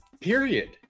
period